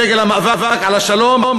דגל המאבק על שלום,